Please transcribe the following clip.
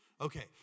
Okay